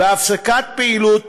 הפסקת פעילות,